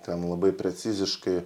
ten labai preciziškai